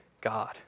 God